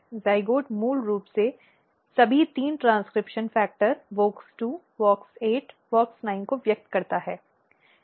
zygote मूल रूप से सभी तीन transcription factor WOX2 WOX 8 WOX 9 को व्यक्त करता है